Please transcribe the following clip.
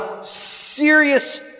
serious